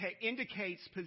indicates